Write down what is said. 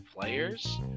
players